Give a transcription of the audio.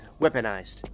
Weaponized